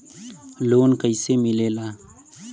Loan कईसे मिलेला?